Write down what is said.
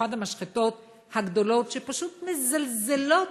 במיוחד המשחטות הגדולות שפשוט מזלזלות